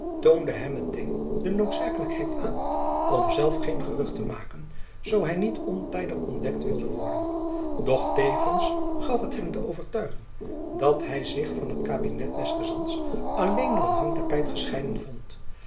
hem met-een de noodzakelijkheid aan om zelf geen gerucht te maken zoo hy niet ontijdig ontdekt wilde worden doch tevens gaf het hem de overtuiging dat hy zich van het kabinet des gezants alleen door een hangtapijt gescheiden vond